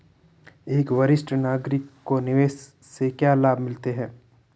एक वरिष्ठ नागरिक को निवेश से क्या लाभ मिलते हैं?